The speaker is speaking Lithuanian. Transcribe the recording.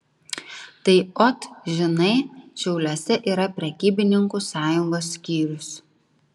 tai ot žinai šiauliuose yra prekybininkų sąjungos skyrius